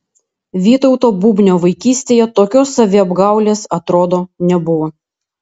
vytauto bubnio vaikystėje tokios saviapgaulės atrodo nebuvo